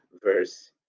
verse